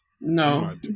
No